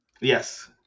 yes